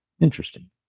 interesting